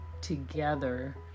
together